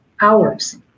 hours